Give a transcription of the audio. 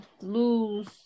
lose